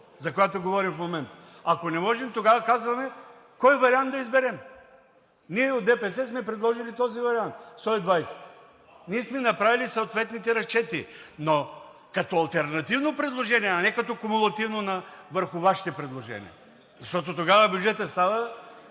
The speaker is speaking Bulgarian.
за която говорим в момента. Ако не можем, тогава казваме кой вариант да изберем. Ние от ДПС сме предложили този вариант – 120 лв., ние сме направили съответните разчети, но като алтернативно предложение, а не като кумулативно върху Вашите предложения, защото тогава бюджетът става